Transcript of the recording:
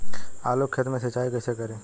आलू के खेत मे सिचाई कइसे करीं?